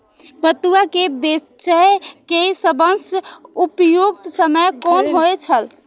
पटुआ केय बेचय केय सबसं उपयुक्त समय कोन होय छल?